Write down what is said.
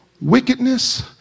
wickedness